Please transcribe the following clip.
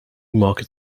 medium